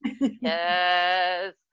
yes